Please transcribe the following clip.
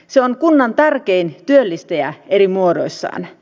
se on kunnan tärkein työllistäjä eri muodoissaan